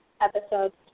episodes